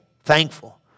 Thankful